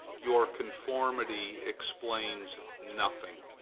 your conformity explains nothing.